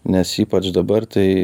nes ypač dabar tai